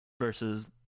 versus –